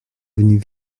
venus